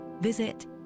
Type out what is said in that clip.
visit